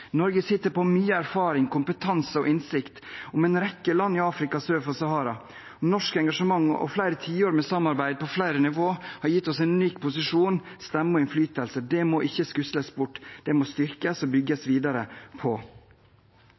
Norge sitter på mye erfaring, kompetanse og innsikt om en rekke land i Afrika sør for Sahara. Norsk engasjement og flere tiår med samarbeid på flere nivå, har gitt oss en unik posisjon, stemme og innflytelse. Det må ikke skusles bort. Det må styrkes og bygges videre på.